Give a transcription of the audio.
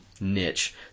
niche